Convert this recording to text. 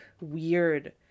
weird